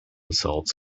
salts